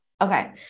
Okay